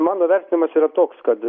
mano vertimas yra toks kad